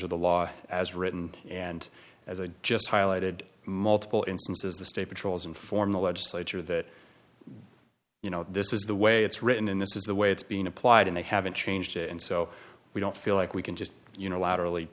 of the law as written and as i just highlighted multiple instances the state patrol's inform the legislature that you know this is the way it's written in this is the way it's been applied and they haven't changed it and so we don't feel like we can just unilaterally